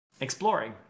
exploring